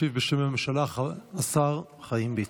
ישיב בשם הממשלה השר חיים ביטון.